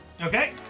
Okay